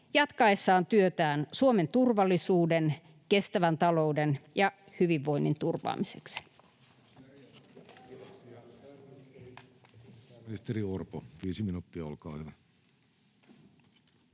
jatkaessaan työtään Suomen turvallisuuden, kestävän talouden ja hyvinvoinnin turvaamiseksi.